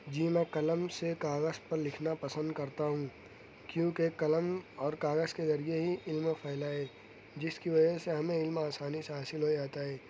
جی میں قلم سے کاغذ پر لکھنا پسند کرتا ہوں کیونکہ قلم اور کاغذ کے ذریعہ ہی علم پھیلا ہے جس کی وجہ سے ہمیں علم آسانی سے حاصل ہو جاتا ہے